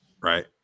Right